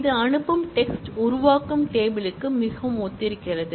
இது அனுப்பும் டெக்ஸ்ட் உருவாக்கும் டேபிள் க்கு மிகவும் ஒத்திருக்கிறது